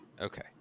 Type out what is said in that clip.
Okay